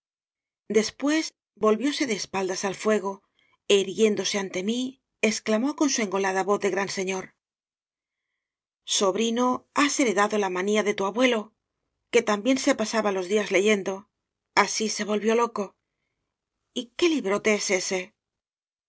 después volvióse de espaldas al fuego é irguiéndose ante mí exclamó con su engola da voz de gran señor sobrino has heredado la manía de tu abuelo que también se pasaba los días le yendo así se volvió loco y qué libróte es ese